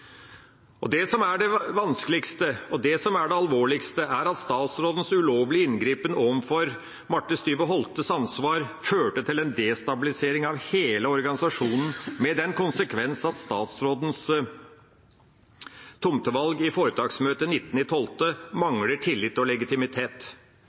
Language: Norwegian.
Det som er det vanskeligste, og det som er det alvorligste, er at statsrådens ulovlige inngripen overfor Marthe Styve Holtes ansvar førte til en destabilisering av hele organisasjonen, med den konsekvens at statsrådens tomtevalg i foretaksmøtet den 19. desember mangler tillit og legitimitet.